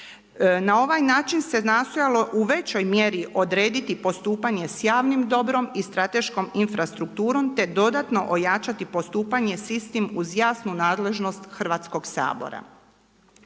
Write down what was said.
Na ovaj način se nastojalo u većoj mjeri odrediti postupanje sa javnim dobrom i strateškom infrastrukturom, te dodatno ojačati postupanje sa istim uz jasnu nadležnost Hrvatskog sabora.